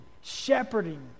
shepherding